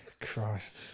Christ